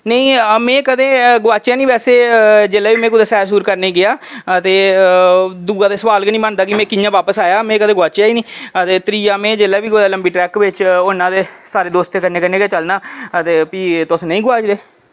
नेईं मेंं कदें गोआचेआ निं वैसे जेल्लै बी में कुदै सैर सूर करने ई गेआ अते दूआ ते सुआल गै निं बनदा की में कि'यां वापस आया में कदे गुआचेआ निं त्रिआ में जेल्लै बी कुदै लम्बी ट्रैक बिच होन्ना सारे दोस्तें कन्नै कन्नै चलना अदे भी अस नेईं गुआचदे